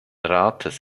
rates